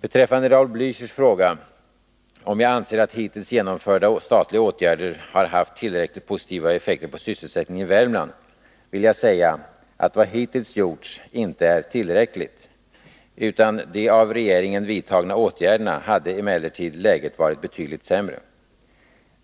Beträffande Raul Blächers fråga om jag anser att hittills genomförda statliga åtgärder har haft tillräckligt positiva effekter på sysselsättningen i Värmland, vill jag säga att vad hittills gjorts inte är tillräckligt. Utan de av regeringen vidtagna åtgärderna hade emellertid läget varit betydligt sämre.